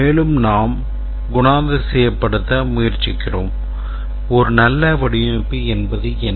மேலும் நாம் நடைமுறைபடுத்த முயற்சிக்கிறோம் ஒரு நல்ல வடிவமைப்பு என்பது என்ன